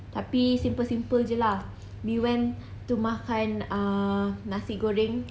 tapi simple simple jer lah we went to makan err nasi goreng